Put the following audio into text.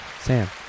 Sam